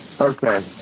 Okay